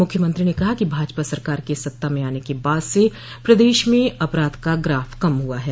मुख्यमंत्री ने कहा कि भाजपा सरकार के सत्ता में आने के बाद से प्रदेश में अपराध का गाफ कम हुआ है